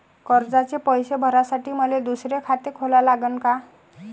कर्जाचे पैसे भरासाठी मले दुसरे खाते खोला लागन का?